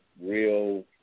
real